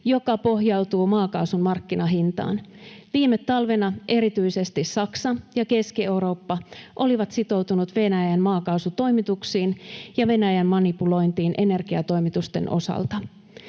joka pohjautuu maakaasun markkinahintaan. Viime talvena erityisesti Saksa ja Keski-Eurooppa olivat sitoutuneet Venäjän maakaasutoimituksiin ja Venäjän manipulointiin energiatoimitusten osalta.